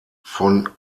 von